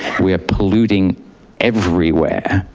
we are polluting everywhere.